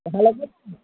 ভালো করছে